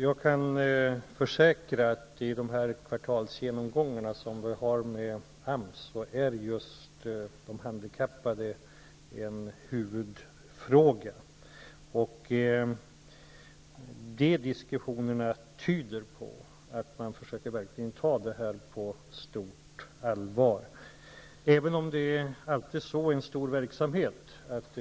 Herr talman! Jag försäkrar att vid de kvartalsvisa genomgångar som vi har med AMS just frågan om de handikappade är en huvudfråga. De diskussionerna tyder på att man verkligen försöker ta det här på stort allvar, även om det i en stor verksamhet